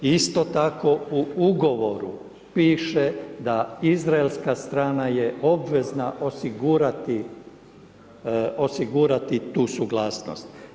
Isto tako u ugovoru piše da izraelska strana je obvezna osigurati tu suglasnost.